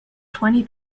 twenty